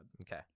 Okay